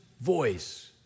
voice